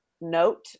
note